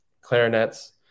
clarinets